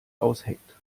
ausheckt